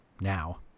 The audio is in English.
now